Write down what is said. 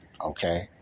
Okay